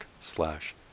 slash